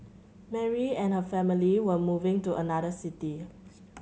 Mary and her family were moving to another city